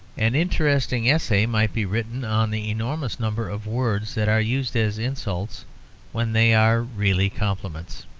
an interesting essay might be written on the enormous number of words that are used as insults when they are really compliments.